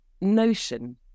notion